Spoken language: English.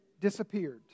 disappeared